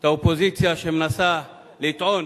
את האופוזיציה שמנסה לטעון,